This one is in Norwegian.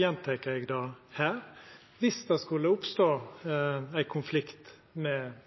gjentek eg det her: Dersom det skulle oppstå ein konflikt med